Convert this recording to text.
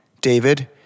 David